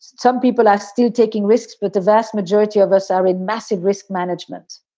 some people are still taking risks, but the vast majority of us are in massive risk management.